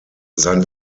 sein